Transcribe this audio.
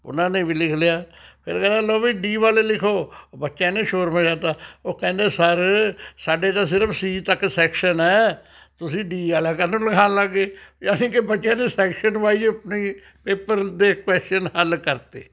ਉਹਨਾਂ ਨੇ ਵੀ ਲਿਖ ਲਿਆ ਫਿਰ ਕਹਿੰਦਾ ਲਉ ਵੀ ਡੀ ਵਾਲੇ ਲਿਖੋ ਬੱਚਿਆਂ ਨੇ ਸ਼ੋਰ ਮਚਾਤਾ ਉਹ ਕਹਿੰਦੇ ਸਰ ਸਾਡੇ ਤਾਂ ਸਿਰਫ਼ ਸੀ ਤੱਕ ਸ਼ੈਕਸਨ ਹੈ ਤੁਸੀਂ ਡੀ ਵਾਲਾ ਕਾਹਨੂੰ ਲਿਖਾਉਣ ਲੱਗ ਗਏ ਅਤੇ ਅਸੀਂ ਕਿ ਬੱਚਿਆਂ ਨੇ ਸ਼ੈਕਸ਼ਨ ਵਾਇਜ ਆਪਣੇ ਪੇਂਪਰ ਦੇ ਕੌਸ਼ਚਨ ਹੱਲ ਕਰਤੇ